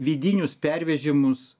vidinius pervežimus